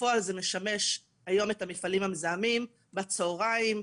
בפועל זה משמש היום את המפעלים המזהמים בצהריים,